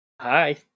Hi